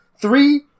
three